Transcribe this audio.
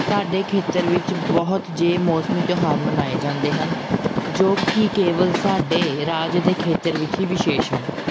ਸਾਡੇ ਖੇਤਰ ਵਿੱਚ ਬਹੁਤ ਜੇ ਮੌਸਮੀ ਤਿਉਹਾਰ ਮਨਾਏ ਜਾਂਦੇ ਹਨ ਜੋ ਕਿ ਕੇਵਲ ਸਾਡੇ ਰਾਜ ਦੇ ਖੇਤਰ ਵਿੱਚ ਹੀ ਵਿਸ਼ੇਸ ਹਨ